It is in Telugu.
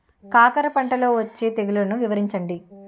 కాకర పంటలో వచ్చే తెగుళ్లను వివరించండి?